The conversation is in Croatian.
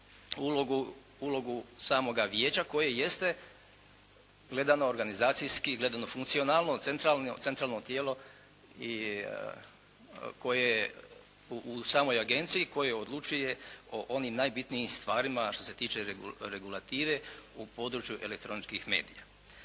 ulogu samoga vijeća koje jeste gledano organizacijski, gledano funkcionalno, centralno tijelo i koje u samoj agenciji, koje odlučuje o onim najbitnijim stvarima što se tiče regulative u području elektroničkih medija.